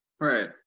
Right